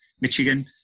Michigan